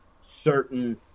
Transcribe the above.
certain